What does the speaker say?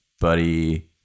Buddy